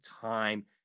time